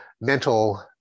mental